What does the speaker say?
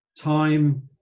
time